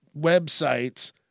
websites